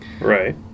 Right